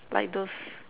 like those